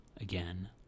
again